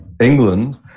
England